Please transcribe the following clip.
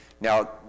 Now